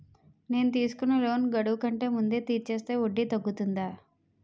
నేను తీసుకున్న లోన్ గడువు కంటే ముందే తీర్చేస్తే వడ్డీ తగ్గుతుందా?